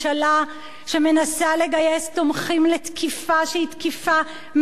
שמנסה לגייס תומכים לתקיפה שהיא תקיפה מיותרת,